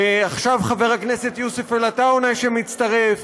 ועכשיו חבר הכנסת יוסף עטאונה, שמצטרף.